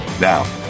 now